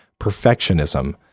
perfectionism